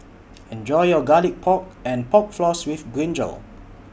Enjoy your Garlic Pork and Pork Floss with Brinjal